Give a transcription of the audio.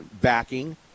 backing